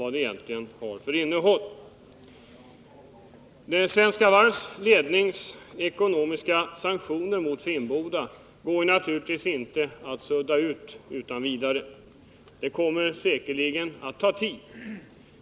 De ekonomiska följderna av de åtgärder som ledningen för Svenska Varv vidtagit mot Finnboda går naturligtvis inte att sudda ut utan vidare — det kommer säkerligen att ta tid.